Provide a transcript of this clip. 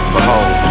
Behold